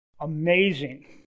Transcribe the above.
Amazing